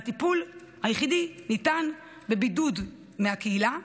והטיפול היחיד ניתן בבידוד מהקהילה,